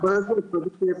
קודם כל, את צודקת.